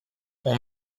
ont